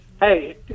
Hey